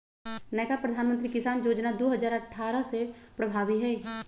नयका प्रधानमंत्री किसान जोजना दू हजार अट्ठारह से प्रभाबी हइ